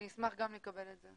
אני אשמח גם לקבל את זה.